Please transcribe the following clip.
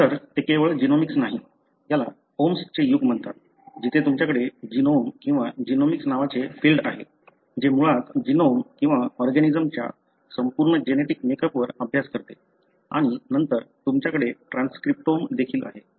खरे तर हे केवळ जीनोमिक्स नाही याला ओम्स चे युग म्हणतात जिथे तुमच्याकडे जीनोम किंवा जीनोमिक्स नावाचे फील्ड आहे जे मुळात जीनोम किंवा ऑर्गॅनिजमच्या संपूर्ण जेनेटिक मेकअपवर अभ्यास करते आणि नंतर तुमच्याकडे ट्रान्सक्रिप्टोम देखील आहे